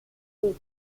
head